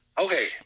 okay